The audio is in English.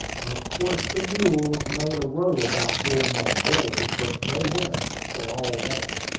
of course the mules made a row about going on board but they went, for all that.